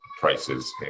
prices